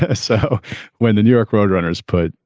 ah so when the new york road runners put,